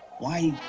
why,